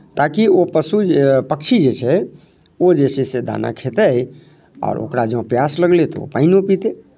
ताकि ओ पशु जे पक्षी जे छै ओ जे छै से दाना खेतै आओर ओकरा जँ प्यास लगलै तऽ ओ पानिओ पीतै